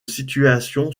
situation